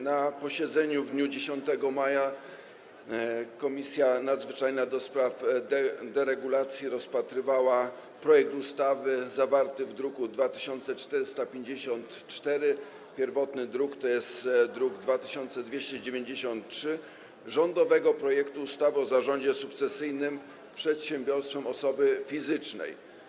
Na posiedzeniu w dniu 10 maja Komisja Nadzwyczajna do spraw deregulacji rozpatrywała zawarty w druku nr 2454 - pierwotny druk to druk nr 2293 - rządowy projekt ustawy o zarządzie sukcesyjnym przedsiębiorstwem osoby fizycznej.